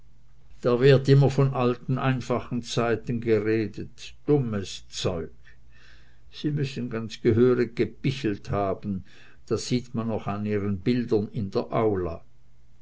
da wird immer von alten einfachen zeiten geredet dummes zeug sie müssen ganz gehörig gepichelt haben das sieht man noch an ihren bildern in der aula